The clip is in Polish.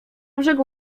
brzegu